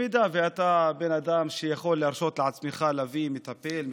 אם אתה בן אדם שיכול להרשות לעצמך להביא מטפל,